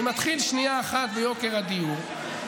אני מתחיל שנייה אחת ביוקר הדיור,